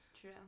True